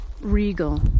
regal